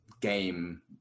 game